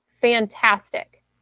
fantastic